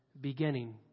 beginning